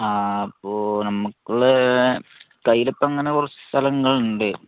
ആ അപ്പോൾ നമുക്ക് കയ്യിൽ ഇപ്പം അങ്ങനെ കുറച്ച് സ്ഥലങ്ങൾ ഉണ്ട്